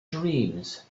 dreams